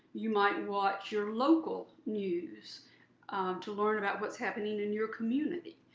you might watch your local news to learn about what's happening in your community.